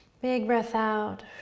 big breath out.